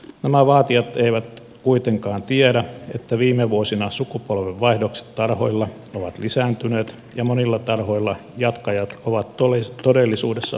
nämä vaatijat eivät kuitenkaan tiedä että viime vuosina sukupolvenvaihdokset tarhoilla ovat lisääntyneet ja monilla tarhoilla jatkajat ovat todellisuudessa olemassa